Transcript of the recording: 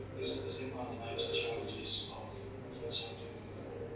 is is that one of the major challenges of food safety moving